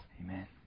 Amen